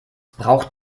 braucht